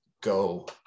go